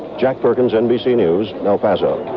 jack perkins, nbc news, el paso.